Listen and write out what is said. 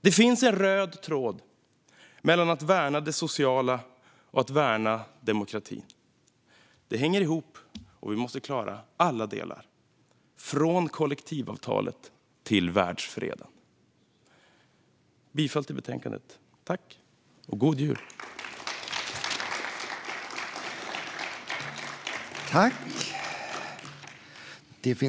Det finns en röd tråd mellan att värna det sociala och att värna demokratin. Det hänger ihop, och vi måste klara alla delar - från kollektivavtalet till världsfreden. Jag yrkar bifall till utskottets förslag i betänkandet. God jul! Avgiften till Euro-peiska unionen